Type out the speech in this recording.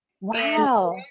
Wow